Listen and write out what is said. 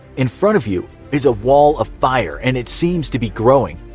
in front of you is a wall of fire, and it seems to be growing.